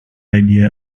idea